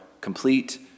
complete